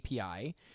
API